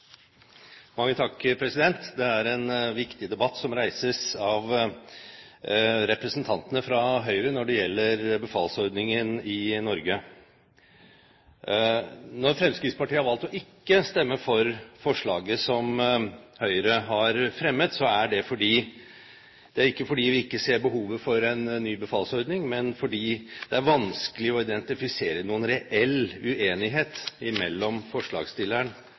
en viktig debatt som reises av representantene fra Høyre når det gjelder befalsordningen i Norge. Når Fremskrittspartiet har valgt ikke å stemme for forslaget som Høyre har fremmet, er det ikke fordi vi ikke ser behovet for en ny befalsordning, men fordi det er vanskelig å identifisere noen reell uenighet